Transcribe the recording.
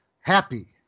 Happy